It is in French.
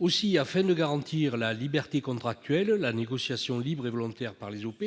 Ainsi, afin de garantir la liberté contractuelle, la négociation libre et volontaire par les OP,